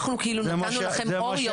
אנחנו כאילו נתנו לכם אור ירוק.